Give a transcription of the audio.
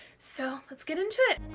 so let's get into it.